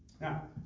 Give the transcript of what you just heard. Now